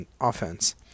offense